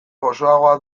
gozoagoa